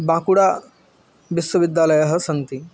बाकुडा विश्वविद्यालयाः सन्ति